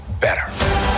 better